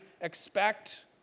expect